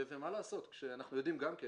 מה לעשות, כשאנחנו יודעים גם כן